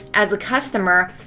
as a customer,